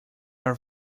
are